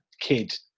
kid